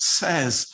says